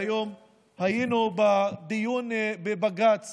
והיום היינו בדיון בבג"ץ